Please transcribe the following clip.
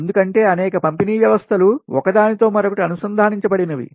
ఎందుకంటే అనేక పంపిణీ వ్యవస్థలు Power system పవర్ సిస్టమ్స్ ఒకదానితో మరొకటి అనుసంధానించబడినవి